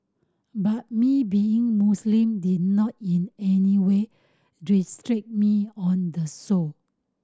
but me being Muslim did not in any way restrict me on the show